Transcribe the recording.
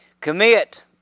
Commit